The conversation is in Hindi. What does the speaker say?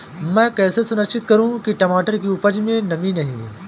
मैं कैसे सुनिश्चित करूँ की मटर की उपज में नमी नहीं है?